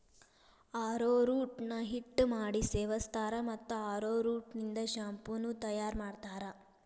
arrowroot ನ ಹಿಟ್ಟ ಮಾಡಿ ಸೇವಸ್ತಾರ, ಮತ್ತ ಅರೋರೂಟ್ ನಿಂದ ಶಾಂಪೂ ನು ತಯಾರ್ ಮಾಡ್ತಾರ